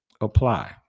apply